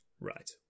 Right